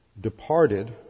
departed